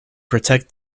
protect